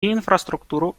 инфраструктуру